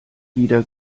wieder